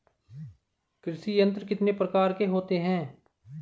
कृषि यंत्र कितने प्रकार के होते हैं?